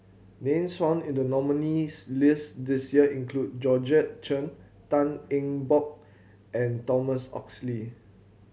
names found in the nominees' list this year include Georgette Chen Tan Eng Bock and Thomas Oxley